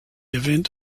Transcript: event